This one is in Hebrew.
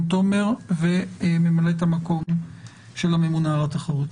רון תומר וממלאת המקום של הממונה על התחרות.